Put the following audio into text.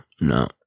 no